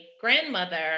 grandmother